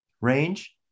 range